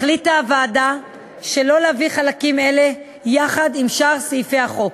החליטה הוועדה שלא להביא חלקים אלה יחד עם שאר סעיפי החוק.